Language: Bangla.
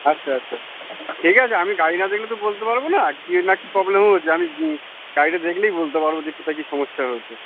আচ্ছা আচ্ছা ঠিক আছে আমি গাড়ি না দেখলে তো বলতে পারবো না কিয়ে নাকি প্রবলেম হয়েছে আমি গাড়িটা দেখলেই বলতে পারবো যে কোথায় কী সমস্যা হয়েছে